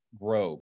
grow